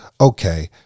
okay